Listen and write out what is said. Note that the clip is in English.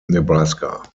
nebraska